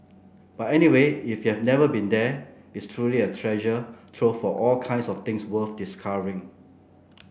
but anyway if you've never been there it's truly a treasure trove of all kinds of things worth discovering